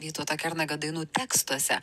vytauto kernagio dainų tekstuose